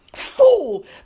Fool